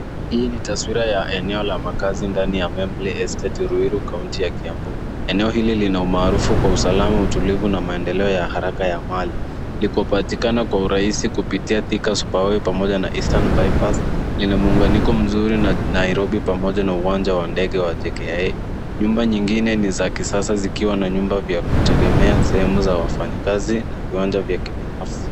Hii ni taswira ya eneo la makazi. Eneo hili lina umaarufu kwa usalama, utulivu na maendeleo ya haraka ya mali. Linapatikana kwa urahisi kupitia Thika, na lina muunganisho mzuri na Jiji la Nairobi pamoja na Uwanja wa Ndege wa JKIA. Baadhi ya nyumba ni za kisasa, zikiwa na sehemu za kupumzikia, maeneo ya burudani na viwanja vya kupendezesha mazingira.